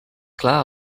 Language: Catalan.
clar